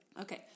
okay